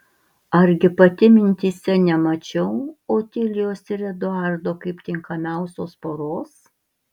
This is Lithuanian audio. argi pati mintyse nemačiau otilijos ir eduardo kaip tinkamiausios poros